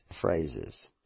phrases